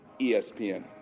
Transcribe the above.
ESPN